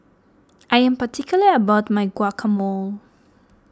I am particular about my Guacamole